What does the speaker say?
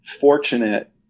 fortunate